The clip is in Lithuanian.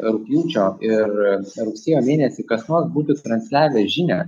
rugpjūčio ir rugsėjo mėnesį kas nors būtų ištransliavęs žinią